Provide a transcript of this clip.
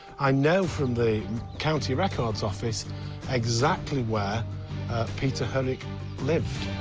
i know from the county records office exactly where peter hurech lived.